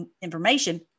information